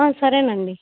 సరేనండి